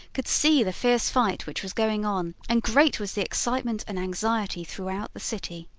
could see the fierce fight which was going on, and great was the excitement and anxiety throughout the city.